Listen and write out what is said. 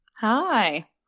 Hi